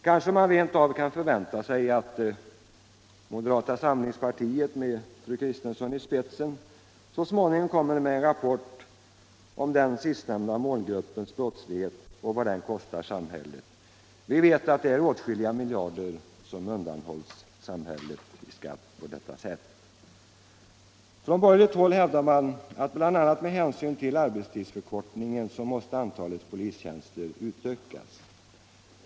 Kanske man rent av kan förvänta sig att moderata samlingspartiet, med fru Kristensson i spetsen, så småningom kommer med en rapport om den sistnämnda målgruppens brottslighet och vad den kostar samhället? Vi vet att det är åtskilliga miljarder som undanhålls samhället i skatt på detta sätt. 29 Från borgerligt håll hävdar man att bl.a. med hänsyn till arbetstidsförkortningen måste antalet polistjänster utökas.